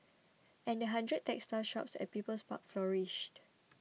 and the hundred textile shops at People's Park flourished